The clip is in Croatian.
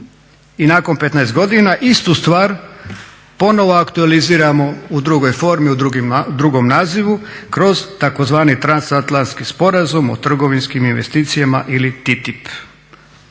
I nakon 15 godina ponovo istu stvar ponovo aktualiziramo u drugoj formi, u drugom nazivu kroz tzv. transatlantski sporazum o trgovinskim investicijama ili TTIP.